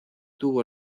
tuvo